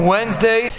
Wednesday